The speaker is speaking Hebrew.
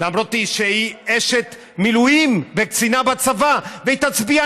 למרות שהיא אשת מילואים וקצינה בצבא,